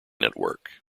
network